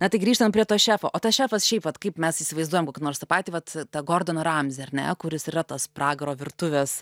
na tai grįžtam prie to šefo o tas šefas šiaip vat kaip mes įsivaizduojam kokį nors tą patį vat tą gordoną ramzį ar ne kuris yra tas pragaro virtuvės